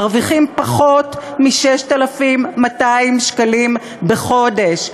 מרוויחים פחות מ-6,200 שקלים בחודש,